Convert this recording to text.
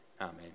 Amen